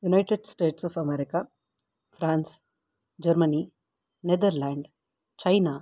United states of America France Germany Netherland China